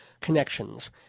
Connections